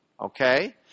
Okay